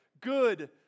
good